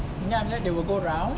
and then after that they will go round